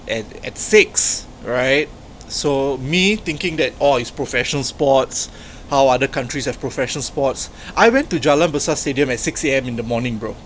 and at six right so me thinking that orh it's professional sports how other countries have professional sports I went to jalan besar stadium at six A_M in the morning bro